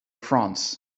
france